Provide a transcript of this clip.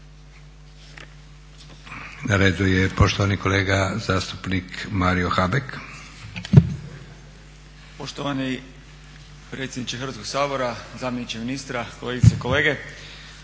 Na redu je poštovani kolega zastupnik Mario Habek. **Habek, Mario (SDP)** Poštovani predsjedniče Hrvatskog sabora, zamjeniče ministra, kolegice i kolege